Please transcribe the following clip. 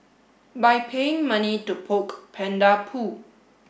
by paying money to poke panda poo